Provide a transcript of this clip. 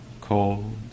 cold